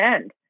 end